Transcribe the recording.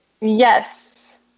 Yes